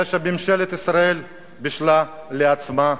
זה מה שממשלת ישראל בישלה לעצמה,